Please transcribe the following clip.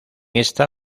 esta